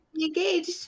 engaged